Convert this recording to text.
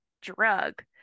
drug